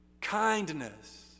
kindness